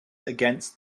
against